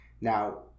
now